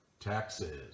taxes